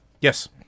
Yes